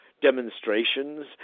demonstrations